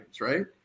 right